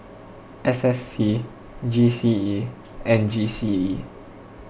S S T G C E and G C E